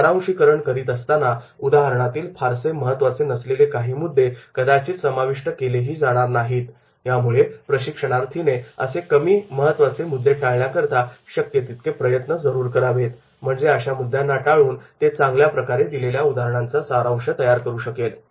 सारांशिकरण करीत असताना उदाहरणातील फारसे महत्त्वाचे नसलेले काही मुद्दे कदाचित समाविष्ट केलेही जाणार नाही त्यामुळे प्रशिक्षणार्थीने असे कमी महत्त्वाचे मुद्दे टाळण्याकरिता शक्य तितके प्रयत्न जरूर करावेत म्हणजे अशा मुद्यांना टाळून तो चांगल्या प्रकारे दिलेल्या उदाहरणाचा सारांश तयार करू शकेल